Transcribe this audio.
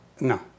No